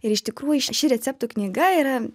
ir iš tikrųjų ši ši receptų knyga yra